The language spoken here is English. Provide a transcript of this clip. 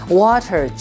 water